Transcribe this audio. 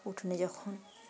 উঠোনে যখন